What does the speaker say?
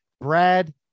Brad